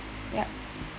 ya